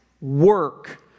work